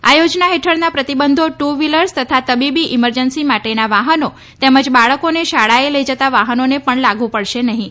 આ થોજના હેઠળના પ્રતિબંધો ટુ વ્ફીલર્સ તથા તબીબી ઇમરજન્સી માટેના વાહનો તેમજ બાળકોને શાળાએ લઇ જતા વાહનોને પણ લાગુ પડશે નહીં